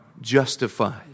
justified